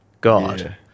God